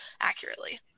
accurately